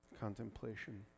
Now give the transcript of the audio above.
Contemplation